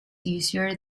easier